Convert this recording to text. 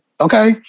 Okay